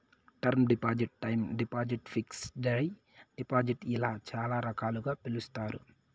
term deposit time deposit fixed deposit ఇలా చాలా రకాలుగా పిలుస్తారు